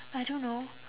I don't know